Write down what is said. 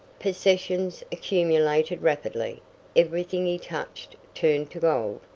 possessions accumulated rapidly everything he touched turned to gold.